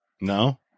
No